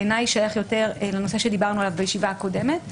בעיניי שייך יותר לנושא שדיברנו עליו בישיבה הקודמת ,